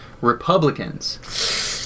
Republicans